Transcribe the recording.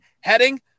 heading